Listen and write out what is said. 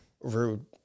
Rude